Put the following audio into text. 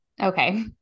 okay